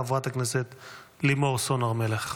חברת הכנסת לימור סון הר מלך.